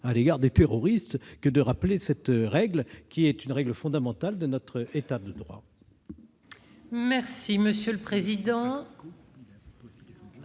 à l'égard des terroristes que de rappeler cette règle fondamentale de notre État de droit. Monsieur le président